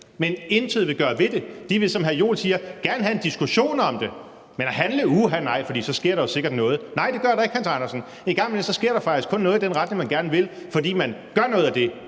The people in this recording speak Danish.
de intet vil gøre ved det. De vil, som Jens Joel siger, gerne have en diskussion om det, men vil de handle? Uha nej, for så sker der jo sikkert noget. Nej, det gør der ikke, Hans Andersen. En gang imellem sker der faktisk kun noget i den retning, man gerne vil, fordi man gør noget af det,